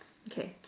okay